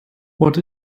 what